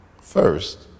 First